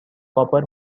copper